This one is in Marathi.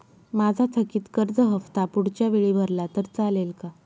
माझा थकीत कर्ज हफ्ता पुढच्या वेळी भरला तर चालेल का?